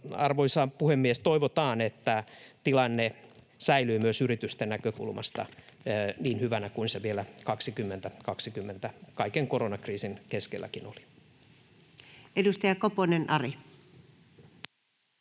arvoisa puhemies, toivotaan, että tilanne säilyy myös yritysten näkökulmasta niin hyvänä kuin se vielä 2020 kaiken koronakriisin keskelläkin oli. [Speech 8] Speaker: